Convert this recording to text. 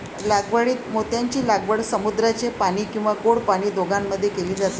लागवडीत मोत्यांची लागवड समुद्राचे पाणी किंवा गोड पाणी दोघांमध्ये केली जाते